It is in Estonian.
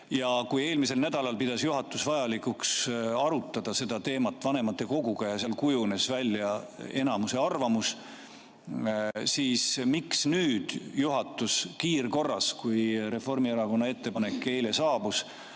Ja kui eelmisel nädalal pidas juhatus vajalikuks arutada seda teemat vanematekoguga ja seal kujunes välja enamuse arvamus, siis miks nüüd juhatus kiirkorras, kui Reformierakonna ettepanek eile saabus,